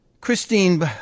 Christine